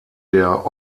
der